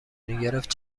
میگرفت